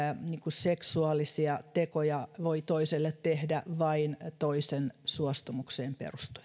seksuaalisia tekoja voi toiselle tehdä vain toisen suostumukseen perustuen